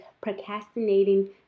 procrastinating